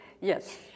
Yes